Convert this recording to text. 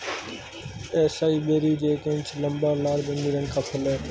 acai berries एक inch लंबा, लाल बैंगनी रंग का फल है